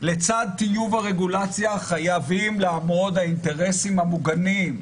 טיוב הרגולציה חייבים לעמוד האינטרסים המוגנים.